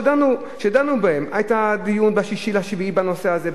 שדנו בהן: היה דיון ב-6 ביולי בנושא הזה,